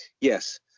Yes